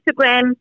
Instagram